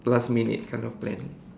last minute kind of plan